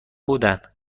بودن